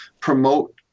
promote